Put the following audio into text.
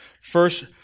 first